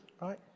right